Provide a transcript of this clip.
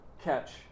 catch